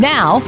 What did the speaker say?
Now